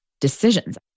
decisions